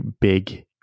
big